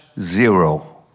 zero